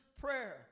prayer